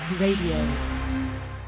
radio